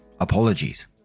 Apologies